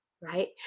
right